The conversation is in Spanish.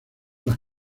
las